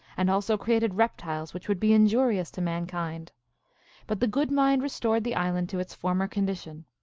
and also created reptiles which would be injurious to man kind but the good mind restored the island to its former condition.